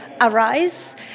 arise